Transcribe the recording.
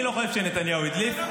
אני לא חושב שנתניהו הדליף.